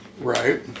Right